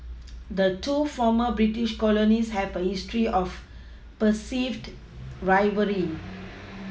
the two former British colonies have a history of perceived rivalry